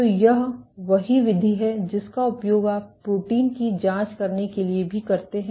तो यह वही विधि है जिसका उपयोग आप प्रोटीन की जांच करने के लिए भी करते हैं